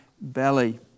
belly